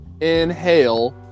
inhale